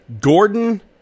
Gordon